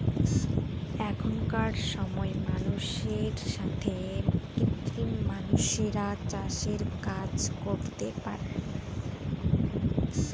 এখনকার সময় মানুষের সাথে কৃত্রিম মানুষরা চাষের কাজ করতে পারে